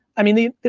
i mean,